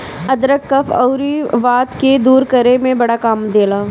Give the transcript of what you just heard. अदरक कफ़ अउरी वात के दूर करे में बड़ा काम देला